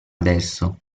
adesso